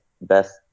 best